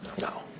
No